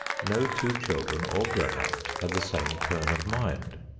no two children or grown-ups have the same turn of mind.